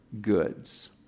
goods